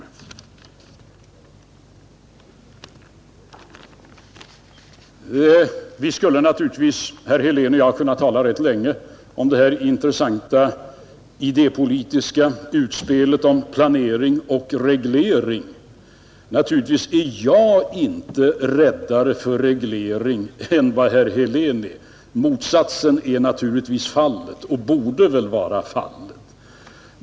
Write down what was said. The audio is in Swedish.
Herr Helén och jag skulle kunna tala rätt länge om det här intressanta idépolitiska utspelet om planering och reglering. Naturligtvis är jag inte mer rädd för reglering än vad herr Helén är; motsatsen är naturligtvis fallet.